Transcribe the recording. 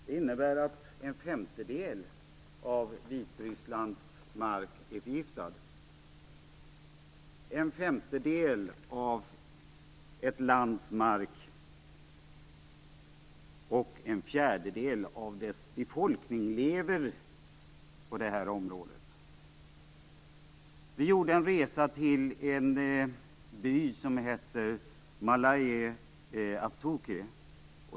Det innebär att en femtedel av Vitrysslands mark är förgiftad. Och en fjärdedel av landets befolkning lever i det här området. Vi gjorde en resa till en by som heter Malye Avtuki.